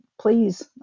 please